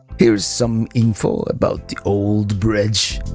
here's some info about the old bridge.